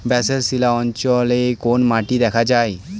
Basalt শিলা অঞ্চলে কোন মাটি দেখা যায়?